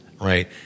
right